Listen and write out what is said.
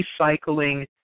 recycling